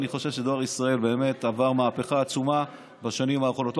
אני חושב שדואר ישראל באמת עבר מהפכה עצומה בשנים האחרונות,